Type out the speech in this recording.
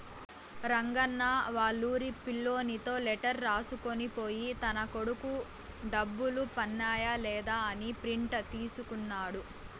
రంగన్న వాళ్లూరి పిల్లోనితో లెటర్ రాసుకొని పోయి తన కొడుకు డబ్బులు పన్నాయ లేదా అని ప్రింట్ తీసుకున్నాడు